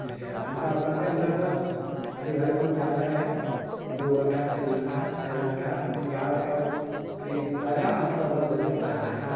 ᱦᱮᱸᱥᱮ ᱚᱱᱠᱟ ᱚᱱᱠᱟᱛᱮ ᱚᱸᱰᱮ ᱫᱚ ᱟᱹᱰᱤ ᱜᱷᱟᱹᱲᱤᱠᱮᱢ ᱛᱟᱦᱮᱸ ᱫᱟᱲᱮᱭᱟᱜᱼᱟ ᱫᱩ ᱜᱷᱚᱱᱴᱟ ᱛᱤᱱ ᱜᱷᱚᱱᱴᱟ ᱪᱟᱨ ᱜᱷᱚᱱᱴᱟ ᱟᱢ ᱡᱟᱦᱟᱸ ᱞᱮᱠᱟᱢ ᱠᱤ ᱯᱟᱭᱨᱟᱜᱼᱟ ᱚᱱᱠᱟ ᱚᱱᱟ ᱫᱷᱟᱹᱵᱤᱡ ᱯᱟᱭᱨᱟ ᱫᱟᱲᱮᱭᱟᱜᱼᱟ